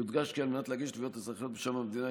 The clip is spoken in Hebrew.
יודגש כי על מנת להגיש תביעות אזרחיות בשם המדינה,